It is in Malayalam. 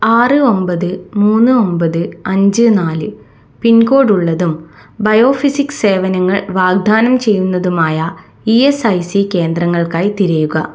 ആറ് ഒമ്പത് മൂന്ന് ഒമ്പത് അഞ്ച് നാല് പിൻകോഡ് ഉള്ളതും ബയോഫിസിക്സ് സേവനങ്ങൾ വാഗ്ദാനം ചെയ്യുന്നതുമായ ഇ എസ് ഐ സി കേന്ദ്രങ്ങൾക്കായി തിരയുക